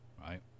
right